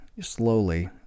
slowly